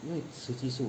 因为雌激素